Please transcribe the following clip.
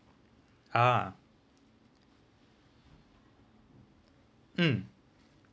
ah mm